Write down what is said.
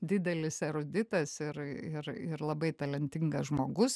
didelis eruditas ir ir ir labai talentingas žmogus